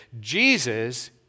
Jesus